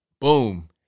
Boom